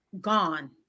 Gone